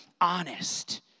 honest